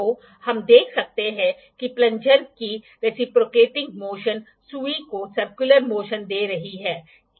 तो हम देख सकते हैं कि प्लंजर की रिसिप्रोकेटिंग मोशन सुई को सर्कुलर मोशन दे रही है